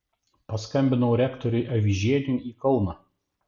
paskambinau rektoriui avižieniui į kauną